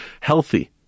healthy